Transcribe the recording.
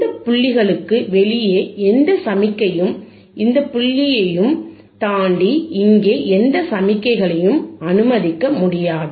இந்த புள்ளிகளுக்கு வெளியே எந்த சமிக்ஞையும் இந்த புள்ளியையும் இந்த புள்ளியையும் தாண்டி இங்கே எந்த சமிக்ஞையையும் அனுமதிக்க முடியாது